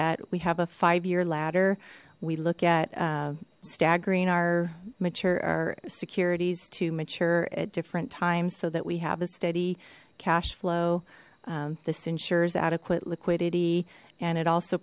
at we have a five year ladder we look at staggering our mature our securities to mature at different times so that we have a steady cash flow this ensures adequate liquidity and it also